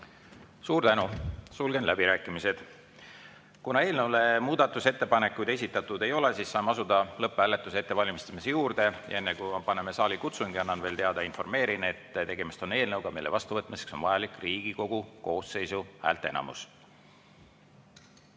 Suur tänu! Sulgen läbirääkimised. Kuna eelnõu kohta muudatusettepanekuid esitatud ei ole, siis saame asuda lõpphääletuse ettevalmistamise juurde. Enne kui paneme saalikutsungi [käima], informeerin, et tegemist on eelnõuga, mille vastuvõtmiseks on vajalik Riigikogu koosseisu häälteenamus.